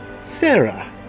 Sarah